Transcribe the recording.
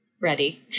ready